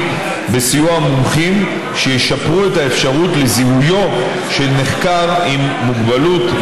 בסיוע מומחים שישפרו את האפשרות לזיהויו של נחקר עם מוגבלות.